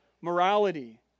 morality